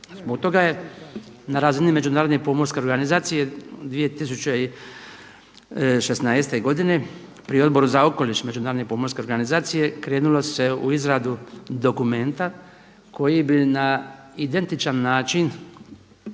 Zbog toga je na razini međunarodne i pomorske organizacije 2016. godine pri Odboru za okoliš Međunarodne pomorske organizacije krenulo se u izradu dokumenta koji bi na identičan način